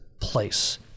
place